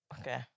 Okay